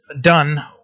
done